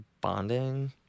bonding